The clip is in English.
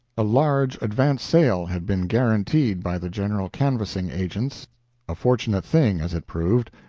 a large advance sale had been guaranteed by the general canvassing agents a fortunate thing, as it proved.